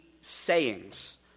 sayings